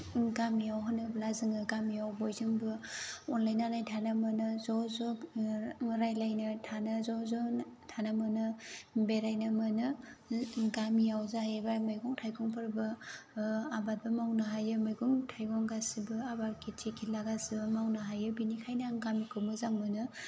गामियाव होनोब्ला जोङो गामियाव बयजोंबो अनलायनानै थानो मोनो ज' ज' रायलायनो थानो ज' ज' थानो मोनो बेरायनो मोनो गामियाव जाहैबाय मैगं थाइगंफोरबो आबादबो मावनो हायो मैगं थाइगं गासिबो आबाद खिथि खिला गासिबो मावनो हायो बिनिखायनो आं गामिखौ मोजां मोनो